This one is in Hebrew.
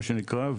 מה שנקרא,